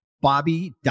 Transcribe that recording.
Bobby